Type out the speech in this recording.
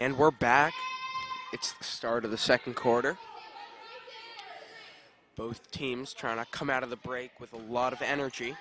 and we're back it's the start of the second quarter both teams trying to come out of the break with a lot of energy